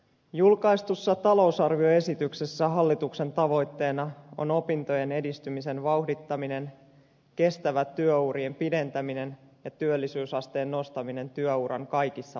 julkaistussa talousarvioesityksessä hallituksen tavoitteena on opintojen edistymisen vauhdittaminen kestävä työurien pidentäminen ja työllisyysasteen nostaminen työuran kaikissa vaiheissa